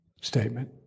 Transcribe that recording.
statement